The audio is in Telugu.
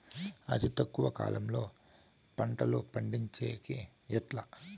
అతి తక్కువ కాలంలో పంటలు పండించేకి ఎట్లా?